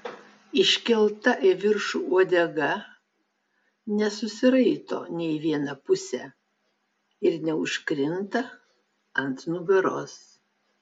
iškelta į viršų uodega nesusiraito nė į vieną pusę ir neužkrinta ant nugaros